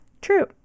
true